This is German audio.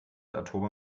atome